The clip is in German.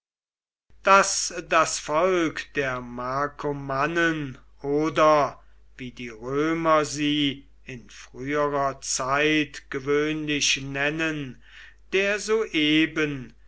daß das volk der markomannen oder wie die römer sie in früherer zeit gewöhnlich nennen der sueben